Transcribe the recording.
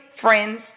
friends